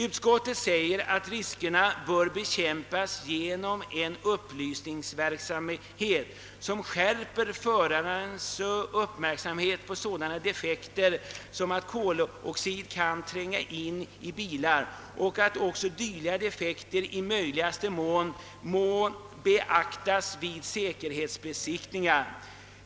Utskottet säger att riskerna bör bekämpas dels genom en upplysningsverksamhet som skärper förarnas uppmärksamhet på sådana defekter som kan medföra att koloxid tränger in i bilarna, dels genom att dylika defekter i möjligaste mån beaktas vid säkerhetsbesiktningen.